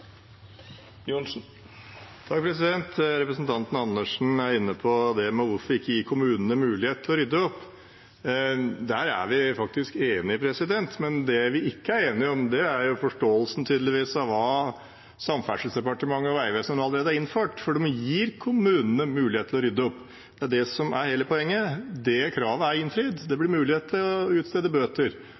Johnsen har hatt ordet to gonger tidlegare og får ordet til ein kort merknad, avgrensa til 1 minutt. Representanten Andersen er inne på hvorfor ikke gi kommunene mulighet til å rydde opp. Der er vi faktisk enige, men det vi ikke er enige om, er tydeligvis forståelsen av hva Samferdselsdepartementet og Vegvesenet allerede har innført. For de gir kommunene mulighet til å rydde opp. Det er det som er hele poenget. Det kravet er innfridd. Det blir mulighet til